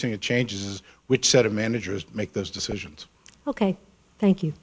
changes which set a manager is make those decisions ok thank you